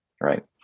Right